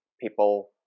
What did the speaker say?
people